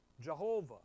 Jehovah